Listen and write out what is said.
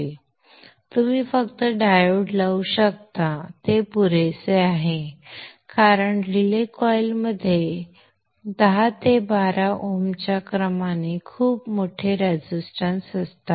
तुम्ही फक्त डायोड लावू शकता ते पुरेसे आहे कारण रिले कॉइलमध्ये 10 ते 12 Ω च्या क्रमाने खूप मोठे रेजिस्टन्स असतात